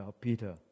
Peter